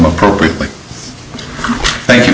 appropriately thank you